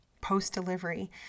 post-delivery